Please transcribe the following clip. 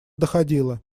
доходило